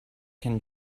can